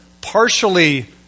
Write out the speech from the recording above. partially